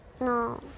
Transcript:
No